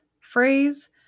phrase